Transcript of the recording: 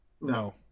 No